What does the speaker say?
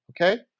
okay